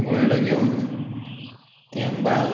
गोंयडो घेवन तें बाल